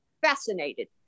fascinated